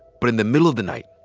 but in the middle of the night,